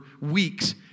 weeks